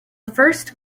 first